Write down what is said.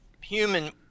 human